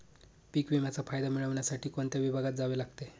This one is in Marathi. पीक विम्याचा फायदा मिळविण्यासाठी कोणत्या विभागात जावे लागते?